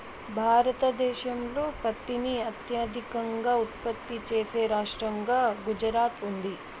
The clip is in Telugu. భారతదేశంలో పత్తిని అత్యధికంగా ఉత్పత్తి చేసే రాష్టంగా గుజరాత్ ఉంది